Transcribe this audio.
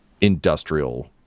industrial